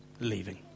leaving